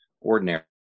ordinary